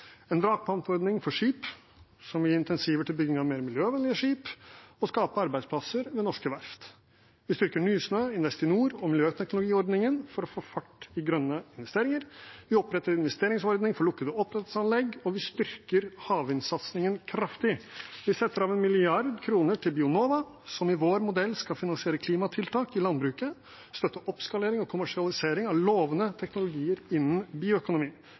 en vrakpantordning for skip, som vil gi insentiver til bygging av mer miljøvennlige skip og skape arbeidsplasser ved norske verft. Vi styrker Nysnø, Investinor og miljøteknologiordningen for å få fart på grønne investeringer. Vi oppretter en investeringsordning for lukkede oppdrettsanlegg, og vi styrker havvindsatsingen kraftig. Vi setter av 1 mrd. kr til Bionova, som med vår modell skal finansiere klimatiltak i landbruket og støtte oppskalering og kommersialisering av lovende teknologier innen bioøkonomi.